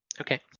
Okay